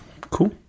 Cool